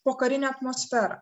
pokarinę atmosferą